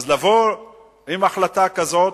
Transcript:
אז לבוא עם החלטה כזאת?